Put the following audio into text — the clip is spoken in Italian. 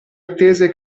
attese